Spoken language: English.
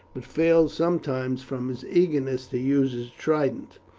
but failed sometimes from his eagerness to use his trident.